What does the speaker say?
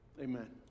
Amen